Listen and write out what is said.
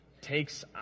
takes